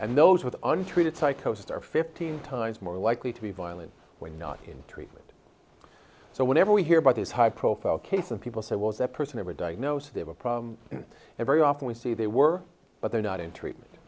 and those with untreated psychosis are fifteen times more likely to be violent when not in treatment so whenever we hear about these high profile case and people say was that person ever diagnosed they have a problem and very often we see they were but they're not in treatment